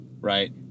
Right